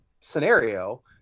scenario